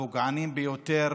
הפוגעניים ביותר